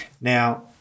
Now